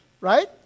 Right